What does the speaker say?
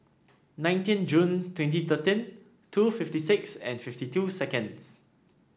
nineteen June twenty thirteen two fifty six and fifty two seconds